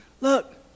look